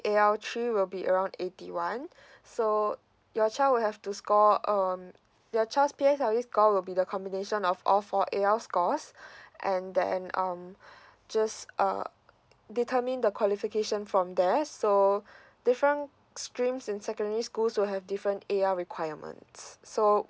A L three will be around eighty one so your child will have to score um your child's P S L E score will be the combination of all four A L scores and then um just err determine the qualification from there so different streams in secondary school will have different A L requirements so